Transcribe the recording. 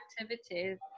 activities